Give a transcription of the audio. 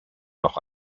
noch